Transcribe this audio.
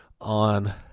On